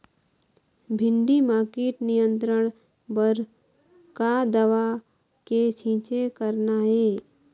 भिंडी म कीट नियंत्रण बर का दवा के छींचे करना ये?